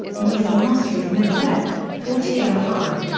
near the mosque is a minaret, forty m high.